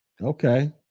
okay